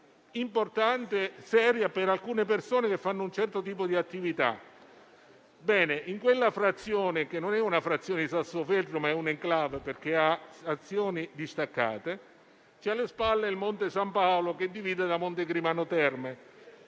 importante e seria per alcune persone che fanno un certo tipo di attività. In quella frazione, che non è una frazione di Sassofeltrio, ma è un'*enclave*, perché ha stazioni distaccate, si ha alle spalle il monte San Paolo, che divide da Montegrimano Terme.